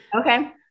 okay